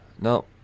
no